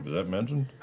that mentioned?